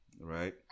Right